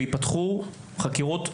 וייפתחו חקירות פליליות,